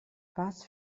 was